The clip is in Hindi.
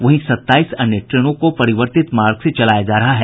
वहीं सत्ताईस अन्य ट्रेनों को परिवर्तित मार्ग से चलाया जा रहा है